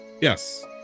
Yes